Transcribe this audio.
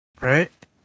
right